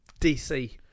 DC